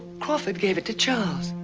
crawford gave it to charles.